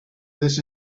this